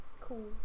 cool